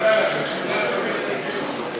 אדוני היושב-ראש,